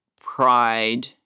pride